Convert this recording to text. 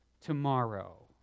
tomorrow